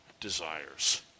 desires